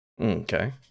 Okay